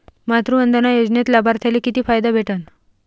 मातृवंदना योजनेत लाभार्थ्याले किती फायदा भेटन?